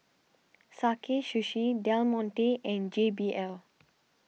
Sakae Sushi Del Monte and J B L